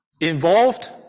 involved